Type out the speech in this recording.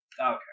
Okay